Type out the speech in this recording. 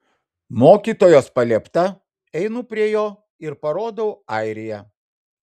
mokytojos paliepta einu prie jo ir parodau airiją